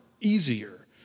easier